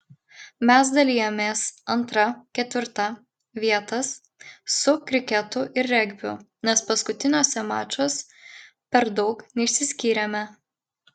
mes dalijamės antra ketvirta vietas su kriketu ir regbiu nes paskutiniuose mačuos per daug neišsiskyrėme